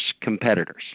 competitors